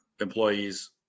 employees